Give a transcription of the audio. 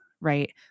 right